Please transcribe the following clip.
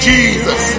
Jesus